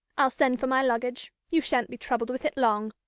i'll send for my luggage you shan't be troubled with it long.